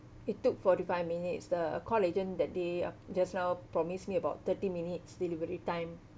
it took forty five minutes the call agent that day just now promised me about thirty minutes delivery time